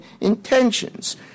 intentions